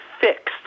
fixed